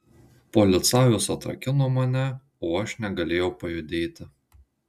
policajus atrakino mane o aš negalėjau pajudėti